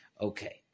Okay